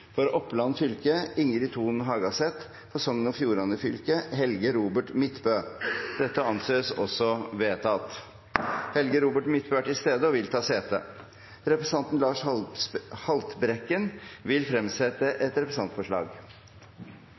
For Oppland fylke: Ingjerd Thon Hagaseth For Sogn og Fjordane fylke: Helge Robert Midtbø Helge Robert Midtbø er til stede og vil ta sete. Representanten Lars Haltbrekken vil fremsette et representantforslag.